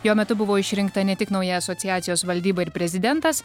jo metu buvo išrinkta ne tik nauja asociacijos valdyba ir prezidentas